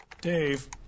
Dave